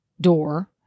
door